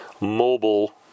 mobile